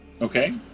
Okay